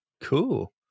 Cool